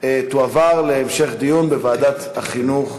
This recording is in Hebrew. תועברנה להמשך דיון בוועדת החינוך.